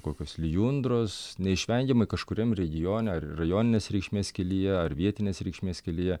kokios lijundros neišvengiamai kažkuriam regione rajoninės reikšmės kelyje ar vietinės reikšmės kelyje